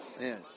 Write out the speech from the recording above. Yes